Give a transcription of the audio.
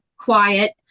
quiet